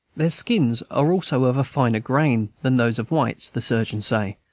their skins are also of finer grain than those of whites, the surgeons say,